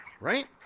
Right